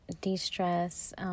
de-stress